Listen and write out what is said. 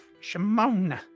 Shimon